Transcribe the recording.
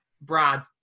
Brad